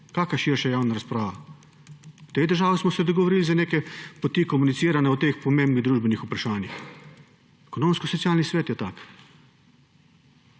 Kakšna širša javna razprava? V tej državi smo se dogovorili za neke poti komuniciranja o teh pomembnih družbenih vprašanjih, Ekonomsko-socialni svet je tak,